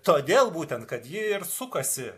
todėl būtent kad ji ir sukasi